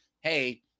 hey